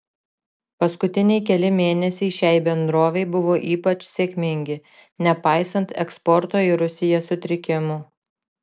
paskutiniai keli mėnesiai šiai bendrovei buvo ypač sėkmingi nepaisant eksporto į rusiją sutrikimų